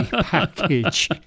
package